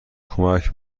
کمک